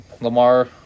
lamar